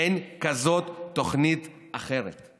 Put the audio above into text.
אין תוכנית אחרת כזאת.